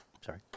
Sorry